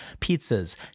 pizzas